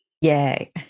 Yay